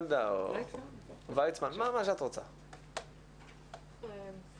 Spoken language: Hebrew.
אני חושב שבאמת האתגר בימים האלה,